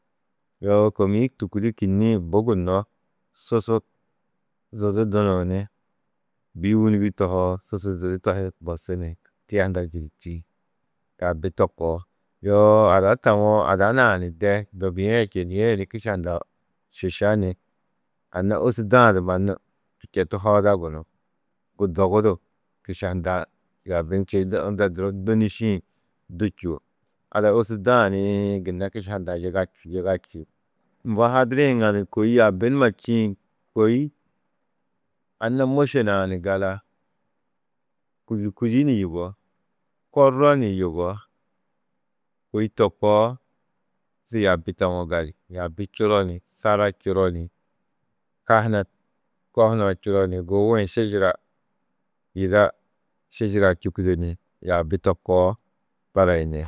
Yoo kômiĩ tûkuli kînniĩ bu gunno susu zidu dunuũ ni bî wûnigi tohoo, susu zidu to hi bosu ni tia hunda ni čûduti, yaabi to koo. Yoo ada tawo, ada nuã de dobia yê čênie yê ni kiša hundɑ͂ šiša ni anna ôsurda du mannu četu hooda gunú, bu dogu du ̧kiša hundɑ͂ yaabi unda du nîšĩ du čûo. Ada ôsurda-ã niĩ gunna kiša hundɑ͂ yiga čûo, mbo hadirĩ ŋadu kôi yaabi numa čîĩ kôi anna môše nuã ni gala, kûdi kudi ni yugó, korro ni yugó, kôi to koo, su yaabi tawo gali. Yaabi čuro ni sara čuro ni, ko hunã čuro ni gubugi-ĩ šiyira yida šiyiraa čûkudo ni, yaabi to koo barayini.